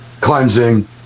cleansing